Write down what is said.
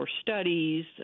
studies